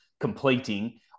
Completing